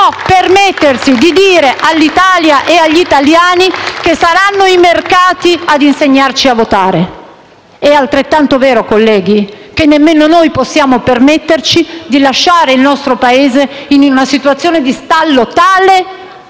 permettersi di dire all'Italia e agli italiani che saranno i mercati a insegnarci a votare! È altrettanto vero, colleghi, che nemmeno noi possiamo permetterci di lasciare il nostro Paese in una situazione di stallo tale